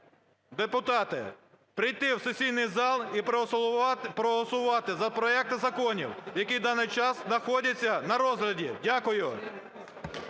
депутати, прийти в сесійний зал і проголосувати за проекти законів, які в даний час знаходяться на розгляді. Дякую.